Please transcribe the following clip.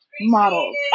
models